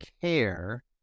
care